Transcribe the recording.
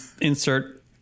insert